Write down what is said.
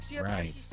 Right